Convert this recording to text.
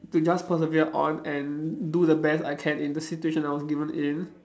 to just persevere on and do the best I can in the situation I was given in